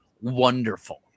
wonderful